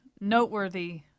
noteworthy